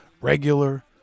Regular